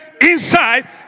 inside